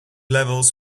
levels